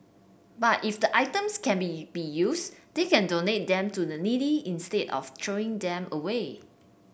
but if the items can be be used they can donate them to the needy instead of throwing them away